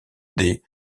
des